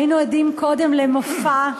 היינו עדים קודם למופע,